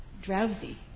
drowsy